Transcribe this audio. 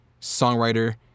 songwriter